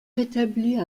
rétablie